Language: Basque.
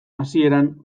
hasieran